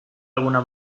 alguna